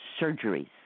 surgeries